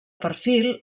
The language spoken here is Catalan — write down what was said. perfil